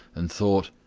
and thought,